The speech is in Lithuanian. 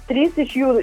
trys iš jų